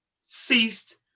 ceased